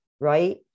right